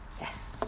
Yes